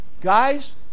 Guys